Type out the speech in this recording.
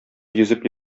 йөзеп